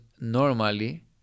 normally